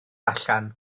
allan